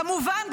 כמובן,